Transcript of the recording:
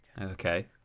Okay